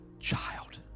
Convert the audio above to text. child